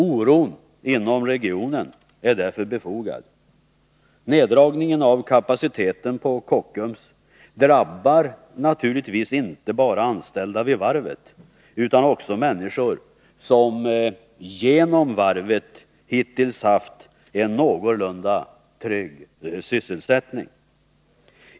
Oron inom regionen är därför befogad. Neddragningen av kapaciteten på Kockums drabbar naturligtvis inte bara anställda vid varvet utan också andra människor som genom varvet hittills haft en någorlunda trygg sysselsättning.